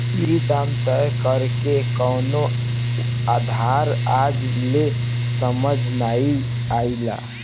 ई दाम तय करेके कवनो आधार आज ले समझ नाइ आइल